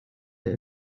der